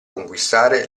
conquistare